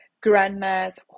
grandmas